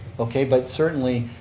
okay, but certainly,